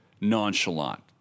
nonchalant